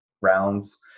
rounds